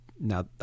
now